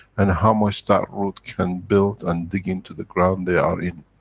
and how much that root can build and dig into the ground they are in.